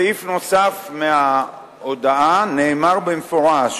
בסעיף נוסף בהודעה נאמר במפורש: